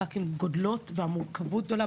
הן רק גדלות והמורכבות גדלה,